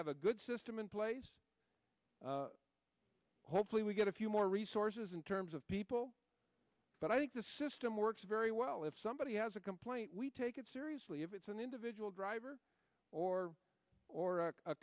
have a good system in place hopefully we get a few more resources in terms of people but i think the system works very well if somebody has a complaint we take it seriously if it's an individual driver or or a